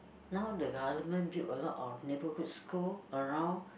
now the government build a lot of neighborhood school around